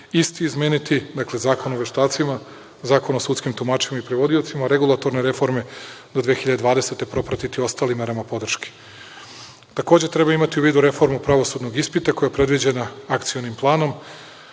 isti izmeniti, dakle Zakon o veštacima, Zakon o sudskim tumačima i prevodiocima, regulatorne reforme do 2020. godine propratiti ostalim merama podrške. Takođe, treba imati u vidu reformu pravosudnog ispita koja je predviđena Akcionim planom,